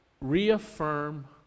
reaffirm